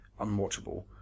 unwatchable